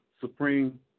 supreme